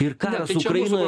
ir karas ukrainoj